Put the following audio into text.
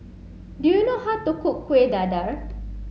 do you know how to cook Kuih Dadar